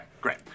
great